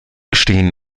stehen